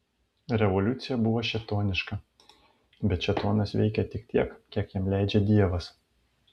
revoliucija buvo šėtoniška bet šėtonas veikia tik tiek kiek jam leidžia dievas